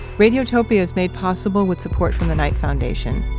radiotopia is made possible with support from the knight foundation.